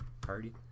Party